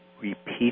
repeat